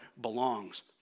belongs